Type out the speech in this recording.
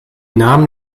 namen